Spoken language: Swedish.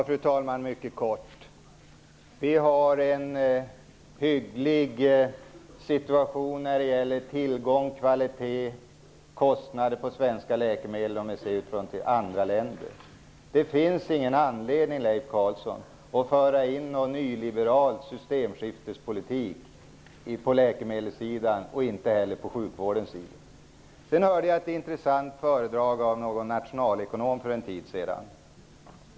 Fru talman! Situationen för svenska läkemedel jämfört med andra länder är hygglig vad avser tillgång, kvalitet och kostnader. Det finns ingen anledning, Leif Carlson, att föra in någon nyliberal systemskiftespolitik på läkemedels eller sjukvårdssidan. Jag hörde ett intressant föredrag som hölls av en nationalekonom för en tid sedan.